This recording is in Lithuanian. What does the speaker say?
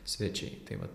svečiai tai vat